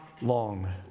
long